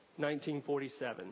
1947